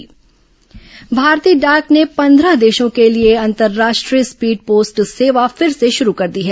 भारतीय डाक सेवा भारतीय डाक ने पंद्रह देशों के लिए अंतरराष्ट्रीय स्पीड पोस्ट सेवा फिर से शुरू कर दी है